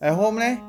at home leh